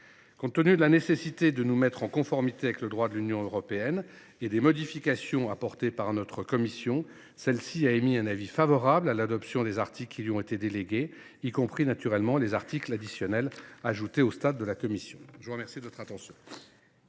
Compte tenu de la nécessité de nous mettre en conformité avec le droit de l’Union européenne, ainsi que des modifications apportées au texte par notre commission, celle ci a émis un avis favorable sur l’adoption des articles qui lui ont été délégués, y compris naturellement les deux articles additionnels ajoutés au stade de l’examen en commission. La parole est à M.